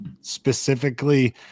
specifically